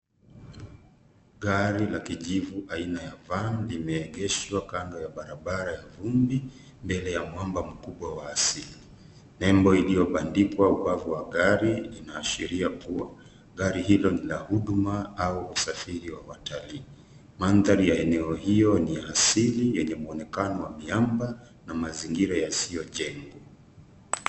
Gari la kijivu aina ya van limeegeshwa kando ya barabara ya vumbi mbele ya mwamba mkubwa wa asili. Nembo iliyobandikwa ubavu wa gari inaashiria kuwa gari hilo ni la huduma au usafiri wa watalii. Mandhari ya eneo hiyo ni ya asili yenye muonekano wa miamba na mazingira yasiyojengwa.